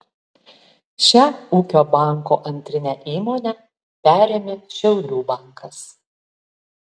šią ūkio banko antrinę įmonę perėmė šiaulių bankas